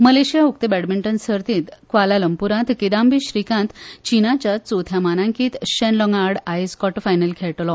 मलेशिया उक्ते बॅडमिंटन सर्तींत कालालंपुरांत किदांबी श्रीकांत चिनाच्या चवथ्या मानांकीत शँन लोंगा आड आयज कॉटर फायनल खेळटलो